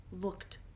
looked